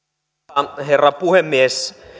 arvoisa herra puhemies